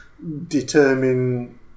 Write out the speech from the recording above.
determine